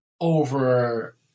over